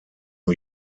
new